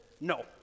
no